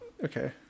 Okay